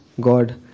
God